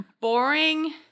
boring